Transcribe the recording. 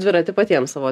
dviratį patiems savo